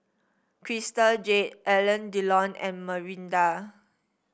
Crystal Jade Alain Delon and Mirinda